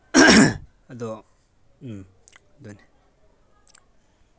ꯑꯗꯣ ꯑꯗꯨꯅꯤ